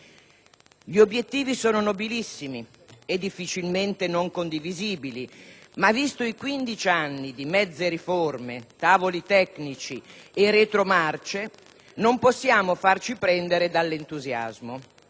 Gli obiettivi sono nobilissimi, difficilmente non condivisibili, ma visti in 15 anni di mezze riforme, tavoli tecnici e retromarce, non possiamo farci prendere dall'entusiasmo.